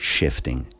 Shifting